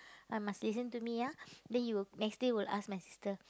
ah must listen to me ah then you next day will ask my sister